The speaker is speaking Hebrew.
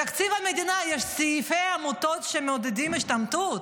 בתקציב המדינה יש סעיפי עמותות שמעודדות השתמטות.